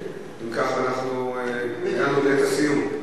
אם כך, הגענו לעת הסיום.